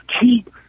keep